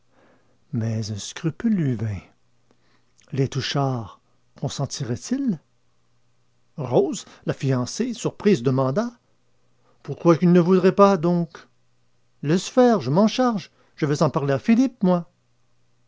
mais un scrupule lui vint les touchard consentiraient ils rose la fiancée surprise demanda pourquoi qu'ils ne voudraient pas donc laisse faire je m'en charge je vais en parler à philippe moi